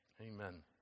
Amen